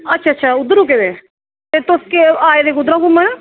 अच्छा अच्छा उद्धर रुके दे ते तुस केह् आए दे कुद्धरा घूमन